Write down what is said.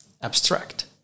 abstract